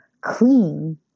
clean